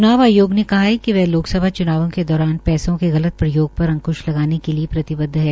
च्नाव आयोग ने कहा कि वह लोकसभा चुनावों के दौरान पैसों के गलत प्रयोग पर अंक्श लगाने के लिये प्रतिबद्व है